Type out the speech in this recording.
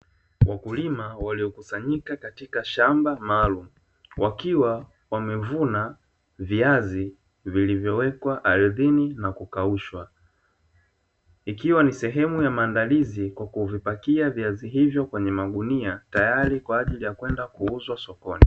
Wakulima waliokusanyika katika shamba maalumu, wakiwa wamevuna viazi vilivyowekwa ardhini na kukaushwa, ikiwa ni sehemu ya maandalizi kwa kuvipakia viazi hivyo kwenye magunia tayari kwa ajili ya kwenda kuuzwa sokoni.